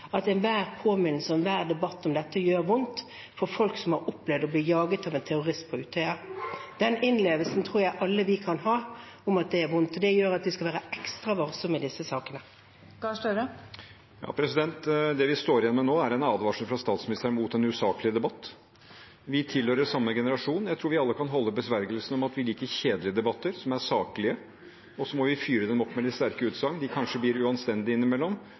at enhver påminnelse og enhver debatt om dette gjør vondt for folk som har opplevd å bli jaget av en terrorist på Utøya. Den innlevelsen av at det er vondt, tror jeg vi alle kan ha. Det gjør at vi skal være ekstra varsomme i disse sakene. Jonas Gahr Støre – til oppfølgingsspørsmål. Det vi står igjen med nå, er en advarsel fra statsministeren mot en usaklig debatt. Vi tilhører samme generasjon. Jeg tror vi alle kan holde besvergelsene om at vi liker kjedelige debatter som er saklige, og så må vi fyre dem opp med litt sterke utsagn, de blir kanskje uanstendige innimellom.